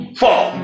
four